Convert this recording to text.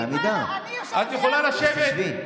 קודם כול תשבי.